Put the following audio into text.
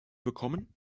bekommen